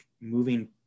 moving